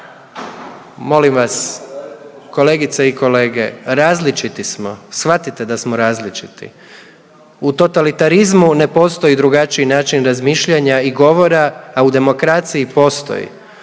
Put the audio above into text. Molim vas kolegice i kolege, različiti smo shvatite da smo različiti. U totalitarizmu ne postoji drugačiji način razmišljanja i govora, a u demokraciji postoji,